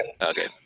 Okay